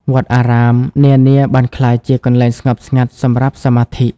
វត្តអារាមនានាបានក្លាយជាកន្លែងស្ងប់ស្ងាត់សម្រាប់សមាធិ។